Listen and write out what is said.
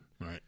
Right